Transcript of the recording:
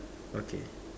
okay